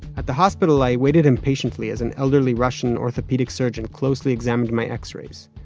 at the hospital, i waited impatiently as an elderly russian orthopedic surgeon closely examined my x-rays.